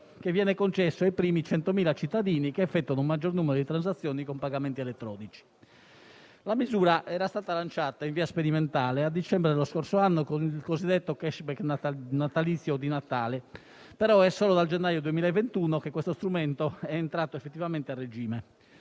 che viene concesso ai primi 100.000 cittadini che effettuano il maggior numero di transazioni con pagamenti elettronici. La misura era stata lanciata in via sperimentale nel dicembre dello scorso anno con il cosiddetto *cashback* natalizio, però è solo dal gennaio 2021 che questo strumento è entrato effettivamente a regime.